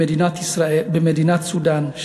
במדינת סודאן,